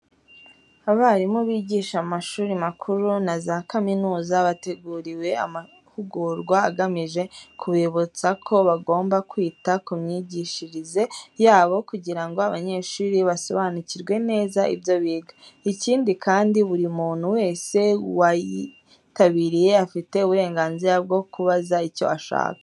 Abarimu bigisha mu mashuri makuru na za kaminuza bateguriwe amahugurwa agamije kubibutsa ko bagomba kwita ku myigishirize yabo kugira ngo abanyeshuri basobanukirwe neza ibyo biga. Ikindi kandi buri muntu wese wayitabiriye afite uburenganzira bwo kubaza icyo ashaka.